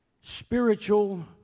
spiritual